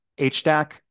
HDAC